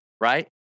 right